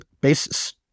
basis